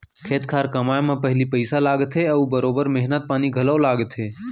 खेत खार कमाए म पहिली पइसा लागथे अउ बरोबर मेहनत पानी घलौ लागथे